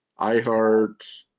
iHeart